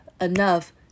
enough